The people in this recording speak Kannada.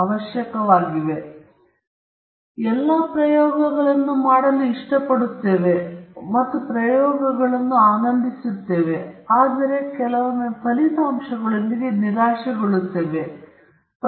ಆದ್ದರಿಂದ ನಾವು ಎಲ್ಲಾ ಪ್ರಯೋಗಗಳನ್ನು ಮಾಡಲು ಇಷ್ಟಪಡುತ್ತೇವೆ ಮತ್ತು ನಾವು ಪ್ರಯೋಗಗಳನ್ನು ಆನಂದಿಸುತ್ತೇವೆ ಆದರೆ ಕೆಲವೊಮ್ಮೆ ನಾವು ಫಲಿತಾಂಶಗಳೊಂದಿಗೆ ನಿರಾಶೆಗೊಳ್ಳುತ್ತೇವೆ